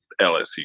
LSU